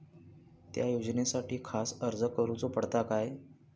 त्या योजनासाठी खास अर्ज करूचो पडता काय?